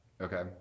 Okay